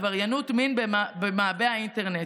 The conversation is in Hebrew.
עבריינות מין במעבה האינטרנט.